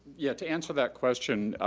yeah, to answer that question,